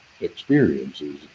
experiences